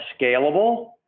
scalable